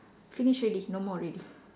finish already no more already